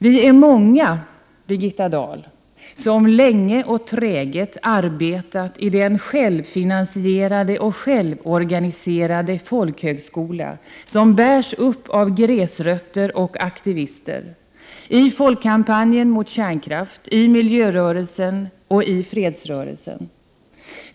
Vi är många, Birgitta Dahl, som länge och träget arbetat i den självfinansierade och självorganiserade folkhögskola som bärs upp av gräsrötter och aktivister, i Folkkampanjen mot kärnkraft, i miljörörelsen och i fredsrörelsen.